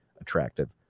attractive